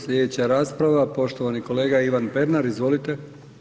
Slijedeća rasprava poštovani kolega Ivan Pernar, izvolite.